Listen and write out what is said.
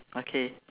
okay